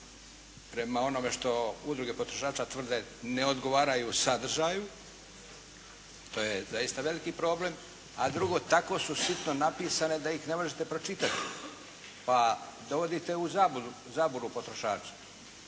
prema onome što udruge potrošača tvrde, ne odgovaraju sadržaju, to je zaista veliki problem. A drugo, tako su sitno napisane da ih ne možete pročitati pa dovode u zabludu potrošača.